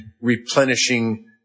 replenishing